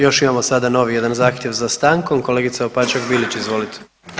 Još imamo sada novi jedan zahtjev za stankom, kolegice Opačak Bilić izvolite.